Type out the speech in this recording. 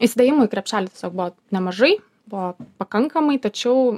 įsidėjimų į krepšelį tiesiog buvo nemažai buvo pakankamai tačiau